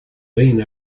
been